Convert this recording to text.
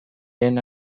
lehen